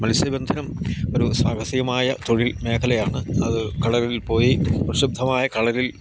മത്സ്യബന്ധനം ഒരു സാഹസികമായ തൊഴിൽ മേഖലയാണ് അത് കടലിൽ പോയി പ്രക്ഷുബ്ധമായ കടലിൽ